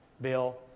Bill